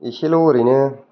एसेल' ओरैनो